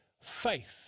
faith